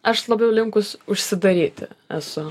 aš labiau linkus užsidaryti esu